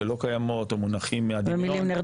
האם מהצבא, כמו שאמר פה עורך דין ארד?